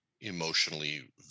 emotionally